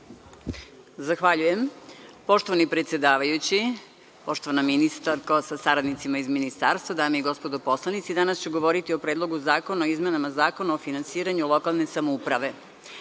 Zahvaljujem. Poštovani predsedavajući, poštovana ministarko sa saradnicima iz Ministarstva, dame i gospodo poslanici, danas ću govoriti o Predlogu zakona o izmenama Zakona o finansiranju lokalne samouprave. Pre